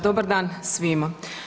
Dobar dan svima.